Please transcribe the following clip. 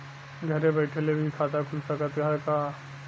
घरे बइठले भी खाता खुल सकत ह का?